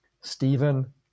Stephen